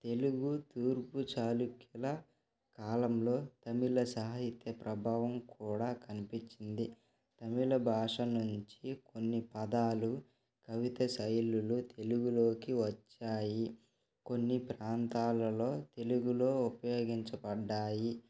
తెలుగు తూర్పు చాళుక్యుల కాలంలో తమిళ సాహిత్య ప్రభావం కూడా కనిపించింది తమిళ భాష నుంచి కొన్ని పదాలు కవిత శైలులు తెలుగులోకి వచ్చాయి కొన్ని ప్రాంతాలలో తెలుగులో ఉపయోగించబడ్డాయి